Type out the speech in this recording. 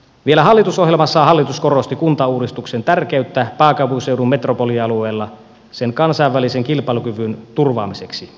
vielä hallitusohjelmassaan hallitus korosti kuntauudistuksen tärkeyttä pääkaupunkiseudun metropolialueella sen kansainvälisen kilpailukyvyn turvaamiseksi